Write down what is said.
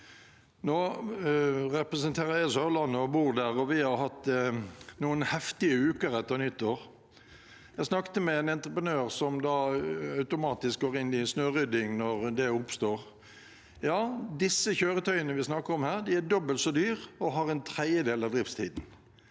Nå representerer jeg Sørlandet og bor der, og vi har hatt noen heftige uker etter nyttår. Jeg snakket med en entreprenør som automatisk går inn i snørydding når det oppstår. Ja, disse kjøretøyene vi snakker om her, er dobbelt så dyre og har en tredjedel av driftstiden.